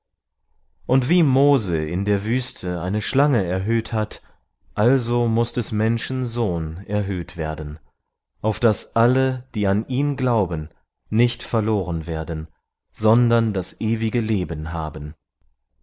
und wie mose in der wüste eine schlange erhöht hat also muß des menschen sohn erhöht werden auf das alle die an ihn glauben nicht verloren werden sondern das ewige leben haben